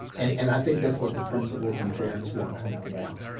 and and i think that's what the principals and parents want to know now.